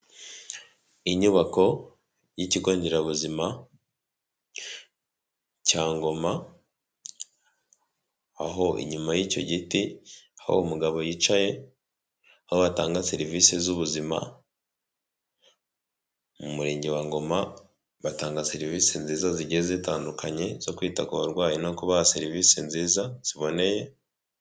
Inyubako y'ikigo nderabuzima cya Ngoma, aho inyuma y'icyo giti aho umugabo yicaye, aho batanga serivisi z'ubuzima mu murenge wa Ngoma batanga serivisi nziza zigiye zitandukanye zo kwita ku barwayi no kubaha serivisi nziza ziboneye.